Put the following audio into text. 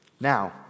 Now